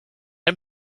him